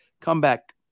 comeback